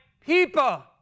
people